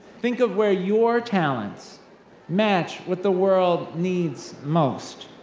think of where your talents match what the world needs most,